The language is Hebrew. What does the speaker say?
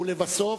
ולבסוף,